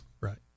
Right